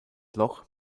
loch